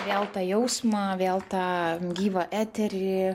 vėl tą jausmą vėl tą gyvą eterį